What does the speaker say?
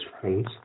friends